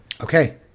Okay